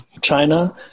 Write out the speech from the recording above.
China